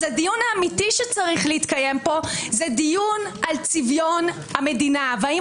אז הדיון האמיתי שצריך להתקיים פה הוא דיון על צביון המדינה והאם